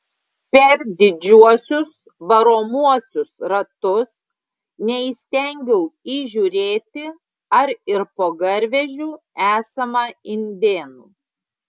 per didžiuosius varomuosius ratus neįstengiau įžiūrėti ar ir po garvežiu esama indėnų